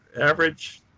average